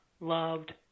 loved